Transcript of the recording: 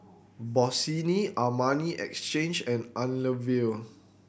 Bossini Armani Exchange and Unilever